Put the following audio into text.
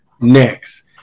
next